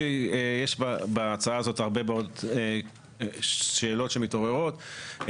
יש בהצעה הזאת הרבה מאוד שאלות שמתעוררות.